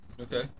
Okay